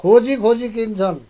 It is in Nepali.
खोजी खोजी किन्छन्